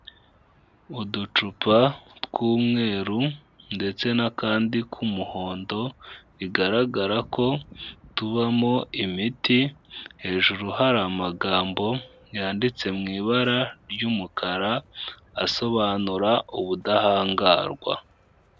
Uducupa tw'umweru ndetse n'akandi k'umuhondo, bigaragara ko tubamo imiti, hejuru hari amagambo yanditse mu ibara ry'umukara, asobanura ubudahangarwa.